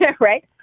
Right